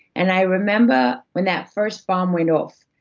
and i remember when that first bomb went off,